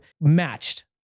matched